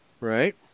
Right